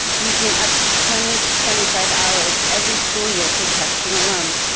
using up to twenty to twenty five hours every school year for testing alone,